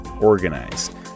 organized